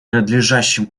надлежащим